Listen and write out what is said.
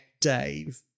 Dave